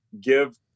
give